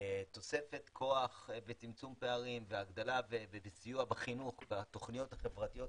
תוספת כוח וצמצום פערים והגדלה ובסיוע בחינוך בתוכניות החברתיות